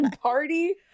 Party